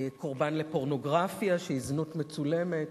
קורבן לפורנוגרפיה, שהיא זנות מצולמת,